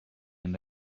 and